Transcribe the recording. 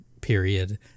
Period